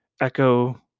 echo